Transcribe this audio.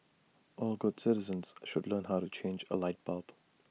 all good citizens should learn how to change A light bulb